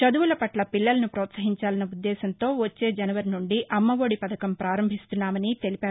చదువుల పట్ల పిల్లలను పోత్సహించాలన్న ఉద్దేశ్యంతో వచ్చే జనవరి నుండి అమ్మఒడి పథకం ప్రారంభిస్తున్నామని తెలిపారు